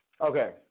Okay